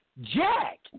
Jack